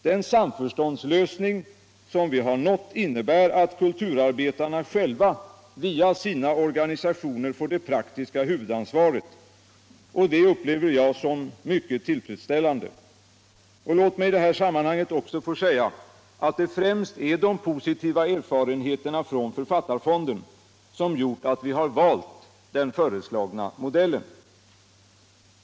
Den samförståndslösning som vi har nåt innebär att kulturarbetarna själva via Kulturpolitiken Kulturpolitiken sina organisationer får det praktiska huvudansvaret, och det upplever jag som mycket tillfredsställande. Låt mig i detta sammanhang också få säga att det främst är de positiva erfarenheterna från författarfonden som gjort att vi har valt den föreslagna modellen.